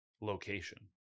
location